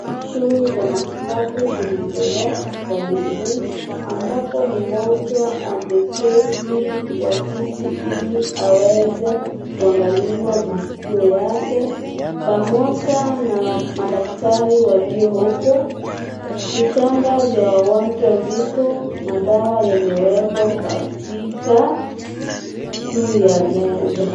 Shughuli za matibabu zinaendelea hospitalini humu, ambapo mgonjwa ameketi kwa kiti ili aweze kuangaliwa masikio yake pamoja na madaktari walio hapo. Vitanda vya wagonjwa viko, madawa yamewekwa katika juu ya meza.